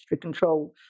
control